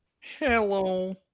Hello